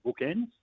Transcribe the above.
bookends